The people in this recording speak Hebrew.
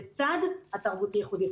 לצד התרבותי-ייחודי.